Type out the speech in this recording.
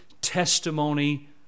testimony